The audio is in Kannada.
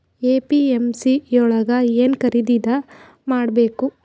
ಎ.ಪಿ.ಎಮ್.ಸಿ ಯೊಳಗ ಏನ್ ಖರೀದಿದ ಮಾಡ್ಬೇಕು?